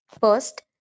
First